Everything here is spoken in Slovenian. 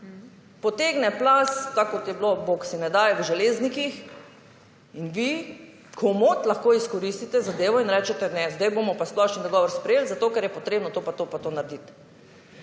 Potegne plaz tako kot je bilo bog si ne daj v Železnikih in vi »komot« lahko izkoristite zadevo in rečete ne, sedaj bomo pa splošni dogovor sprejeli, zato ker je potrebno to pa to pa to narediti.